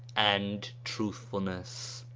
and truthfulness.